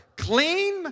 Clean